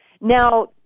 Now